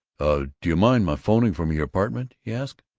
do you mind my phoning from your apartment? he asked.